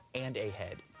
and a head.